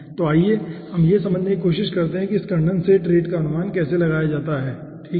तो आइए अब यह समझने की कोशिश करते हैं कि इस कंडेंसेट रेट का अनुमान कैसे लगाया जा सकता है ठीक है